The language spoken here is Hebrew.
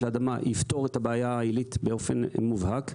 לאדמה יפתור את הבעיה העילית באופן מובהק.